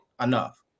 enough